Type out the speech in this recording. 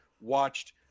watched